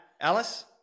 Alice